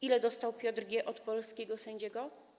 Ile dostał Piotr G. od polskiego sędziego?